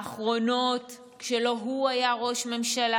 האחרונות כשלא הוא היה ראש ממשלה,